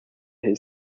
his